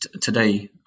today